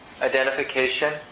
identification